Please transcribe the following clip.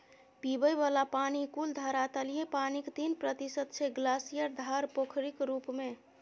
पीबय बला पानि कुल धरातलीय पानिक तीन प्रतिशत छै ग्लासियर, धार, पोखरिक रुप मे